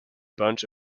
bunch